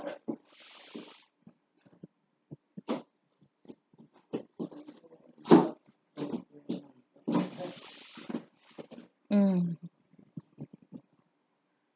um